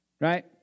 right